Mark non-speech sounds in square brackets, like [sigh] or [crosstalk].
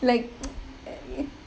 like [noise]